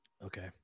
Okay